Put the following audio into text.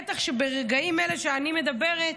בטח כשברגעים אלה שאני מדברת,